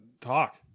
talk